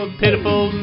pitiful